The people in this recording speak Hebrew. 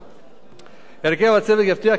הרכב הצוות יבטיח כי הליך הבחירות לוועדה